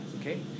okay